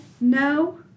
No